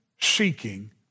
seeking